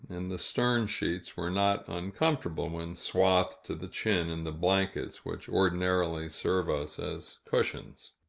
in the stern-sheets, were not uncomfortable when swathed to the chin in the blankets which ordinarily serve us as cushions.